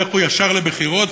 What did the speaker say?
לכו ישר לבחירות,